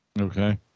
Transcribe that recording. okay